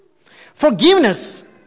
Forgiveness